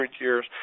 years